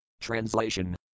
Translation